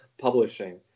publishing